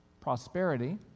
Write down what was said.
Prosperity